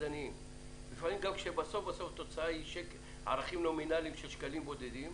של הערכים הנומינליים מגיעים רק לשקלים בודדים,